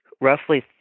roughly